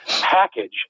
package